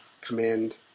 Command